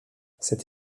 cette